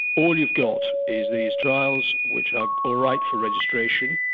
all you've got is these trials which are alright for registration,